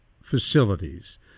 facilities